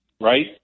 right